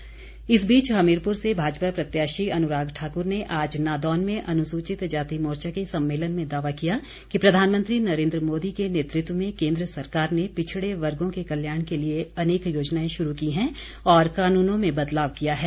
अनुराग ठाकुर इस बीच हमीरपुर से भाजपा प्रत्याशी अनुराग ठाकुर ने आज नादौन में अनुसूचित जाति मोर्चा के सम्मेलन में दावा किया कि प्रधानमंत्री नरेन्द्र मोदी के नेतृत्व में केन्द्र सरकार ने पिछड़े वर्गों के कल्याण के लिए अनेक योजनाएं शुरू की हैं और कानूनों में बदलाव किया गया है